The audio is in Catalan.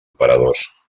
operadors